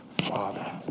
father